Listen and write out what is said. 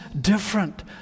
different